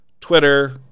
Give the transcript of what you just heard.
Twitter